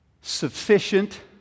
sufficient